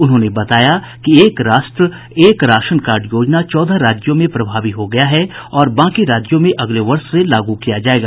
उन्होंने बताया कि एक राष्ट्र एक राशन कार्ड योजना चौदह राज्यों में प्रभावी हो गया है और बाकी राज्यों में अगले वर्ष से लागू किया जाएगा